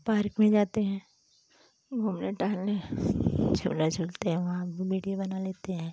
park में जाते हैं घूमने टहलने झूला झूलते हैं वहाँ भी विडियो बना लेते हैं